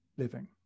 living